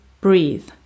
breathe